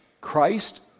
Christ